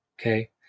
Okay